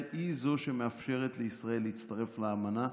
היא זו שמאפשרת לישראל להצטרף לאמנה,